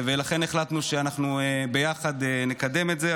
ולכן החלטנו שאנחנו נקדם את זה ביחד.